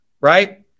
right